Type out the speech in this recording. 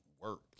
work